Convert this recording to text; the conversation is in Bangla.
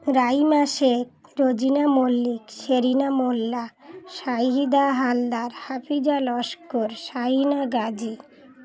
রাইমা শেখ রোজিনা মল্লিক শেরিনা মোল্লা শাহিদা হালদার হাফিজা লস্কর শাহনা গাজী